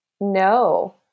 No